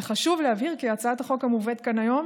וחשוב להבהיר כי הצעת החוק המובאת כאן היום